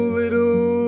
little